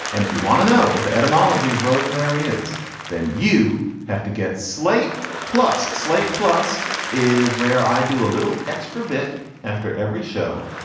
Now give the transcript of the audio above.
and if you want to know what the etymology of rosemary is then you have to get slate plus slate plus is where i do a little extra bit after every show.